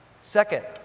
Second